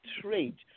trade